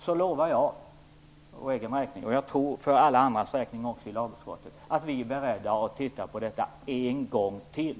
Då lovar jag - för egen räkning och, som jag tror, även för alla andras räkning i lagutskottet - att vi är beredda att titta på detta en gång till.